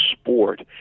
sport